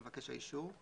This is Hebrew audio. מבקש האישור)